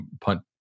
punt